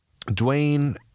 Dwayne